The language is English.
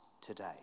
today